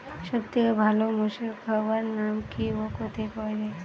সব থেকে ভালো মোষের খাবার নাম কি ও কোথায় পাওয়া যায়?